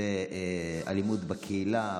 זה אלימות בקהילה,